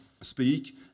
speak